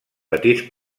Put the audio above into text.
petits